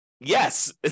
yes